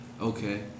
okay